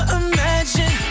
imagine